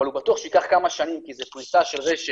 אבל בטוח שהוא ייקח כמה שנים כי זו פריסה של רשת